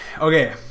Okay